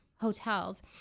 hotels